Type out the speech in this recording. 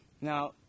Now